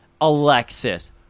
Alexis